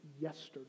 yesterday